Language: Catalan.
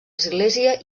església